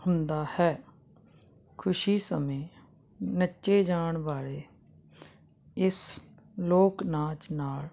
ਹੁੰਦਾ ਹੈ ਖੁਸ਼ੀ ਸਮੇਂ ਨੱਚੇ ਜਾਣ ਵਾਲੇ ਇਸ ਲੋਕ ਨਾਚ ਨਾਲ